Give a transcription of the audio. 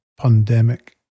pandemic